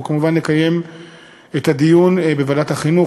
אנחנו כמובן נקיים את הדיון בוועדת החינוך,